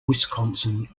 wisconsin